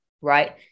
right